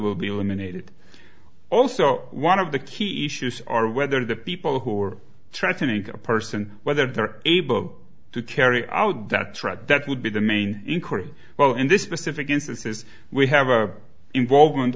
will be eliminated also one of the key issues are whether the people who are trying to make a person whether they're able to carry out that threat that would be the main inquiry well in this specific instances we have a involvement